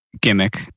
gimmick